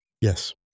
yes